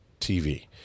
tv